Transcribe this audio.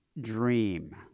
dream